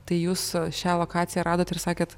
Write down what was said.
tai jūs šią lokaciją radot ir sakėt